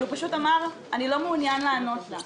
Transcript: הוא פשוט אמר: "אני לא מעוניין לענות לך".